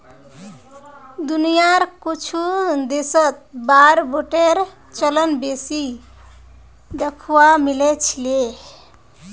दुनियार कुछु देशत वार बांडेर चलन बेसी दखवा मिल छिले